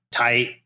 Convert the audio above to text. tight